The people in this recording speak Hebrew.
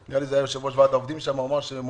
יו"ר ועד העובדים אמר שעל